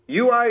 UI